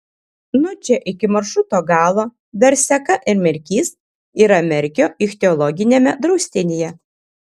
nuo čia iki maršruto galo verseka ir merkys yra merkio ichtiologiniame draustinyje